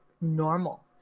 normal